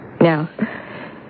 Now